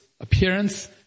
appearance